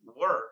work